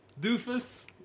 Doofus